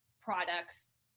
products